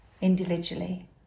individually